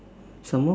some more